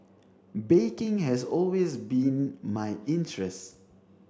baking has always been my interest